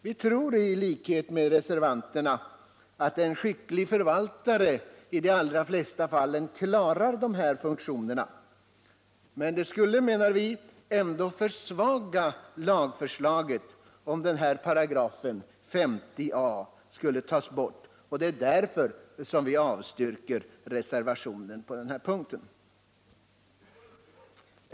Vi tror i likhet med reservanterna att en skicklig förvaltare i de allra flesta fall klarar dessa funktioner, men vi menar att lagförslaget skulle försvagas om 50 a § tas bort, och därför avstyrker vi reservationen på den här punkten.